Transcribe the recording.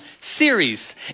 series